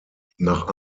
nach